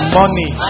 money